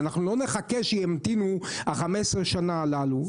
ואנחנו לא נחכה שימתינו את 15 השנים הללו.